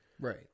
Right